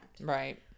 Right